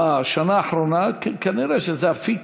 בשנה האחרונה, כי כנראה זה אפיק